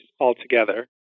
altogether